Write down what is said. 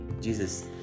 Jesus